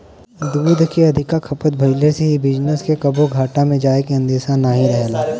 दूध के अधिका खपत भइले से इ बिजनेस के कबो घाटा में जाए के अंदेशा नाही रहेला